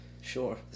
sure